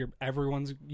everyone's